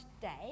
today